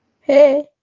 hey